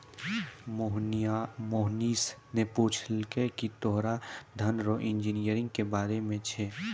मोहनीश ने पूछलकै की तोरा धन रो इंजीनियरिंग के बारे मे छौं?